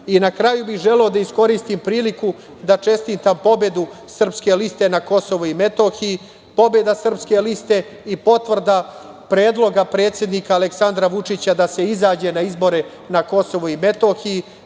kraju bih želeo da iskoristim priliku da čestitam pobedu Srpske liste na KiM. Pobeda Srpske liste je i potvrda predloga predsednika Aleksandra Vučića da se izađe na izbore na KiM.